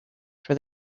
where